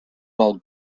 while